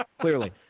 clearly